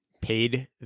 Paid